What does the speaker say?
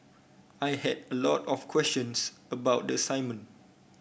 I had a lot of questions about the assignment